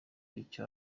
icyo